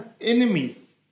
enemies